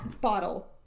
bottle